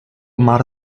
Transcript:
mar